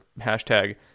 hashtag